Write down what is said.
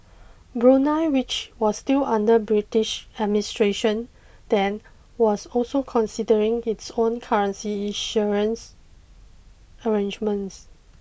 Brunei which was still under British administration then was also considering its own currency issuance arrangements